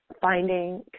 finding